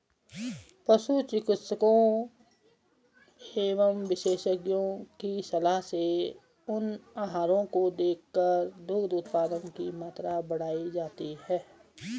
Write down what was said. पशु चिकित्सकों एवं विशेषज्ञों की सलाह से उन आहारों को देकर दुग्ध उत्पादन की मात्रा बढ़ाई जाती है